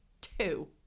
two